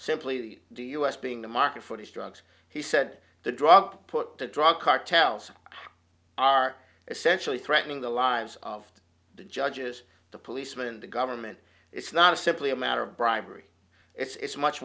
simply do us being the market for these drugs he said the drug put the drug cartels are essentially threatening the lives of the judges the policeman the government it's not simply a matter of bribery it's